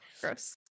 gross